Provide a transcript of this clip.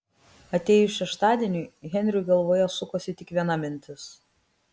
atėjus šeštadieniui henriui galvoje sukosi tik viena mintis